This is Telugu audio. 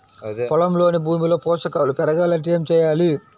పొలంలోని భూమిలో పోషకాలు పెరగాలి అంటే ఏం చేయాలి?